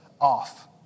off